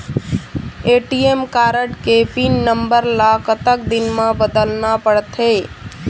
ATM card के PIN number ला कतक दिन म बदलना पड़थे?